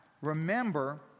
remember